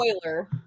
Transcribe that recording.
Spoiler